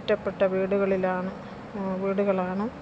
ഒറ്റപ്പെട്ട വീടുകളിലാണ് വീടുകളിലാണ്